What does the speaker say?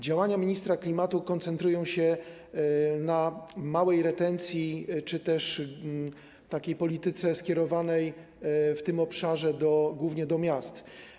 Działania ministra klimatu koncentrują się na małej retencji czy też takiej polityce skierowanej w tym obszarze głównie do miast.